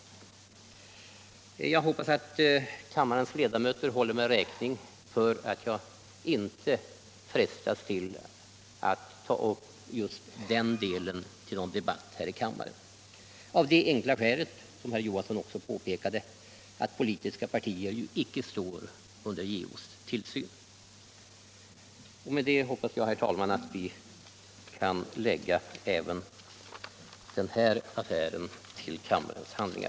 Jag hoppas att kammarens Iedamöter håller mig räkning för att jag inte tar upp just det till någon debatt här i kammaren, av det enkla 101 Justitieombudsmännens verksamhet skälet — det påpekade också herr Johansson i Trollhättan — att politiska partier icke står under JO:s tillsyn. Med detta, herr talman, hoppas jag att vi kan lägga iäven den delen av JÖ:s ämbetsberättelse som rör Göteborgsaffären till kammarens handlingar.